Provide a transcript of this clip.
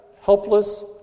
helpless